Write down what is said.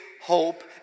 hope